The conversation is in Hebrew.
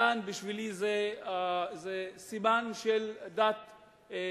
האַזַאן בשבילי זה סימן של דת האסלאם.